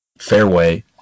fairway